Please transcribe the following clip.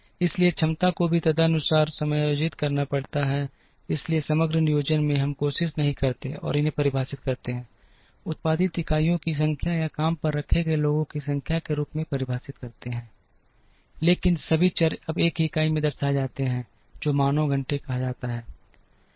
इसलिए क्षमता को भी तदनुसार समायोजित करना पड़ता है इसलिए समग्र योजना में हम कोशिश नहीं करते हैं और इन्हें परिभाषित करते हैं और उत्पादित इकाइयों की संख्या या काम पर रखे गए लोगों की संख्या के रूप में परिभाषित करते हैं लेकिन सभी चर अब एक ही इकाई में दर्शाए जाते हैं जो मानव घंटे कहा जाता है